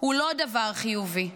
הוא לא דבר חיובי.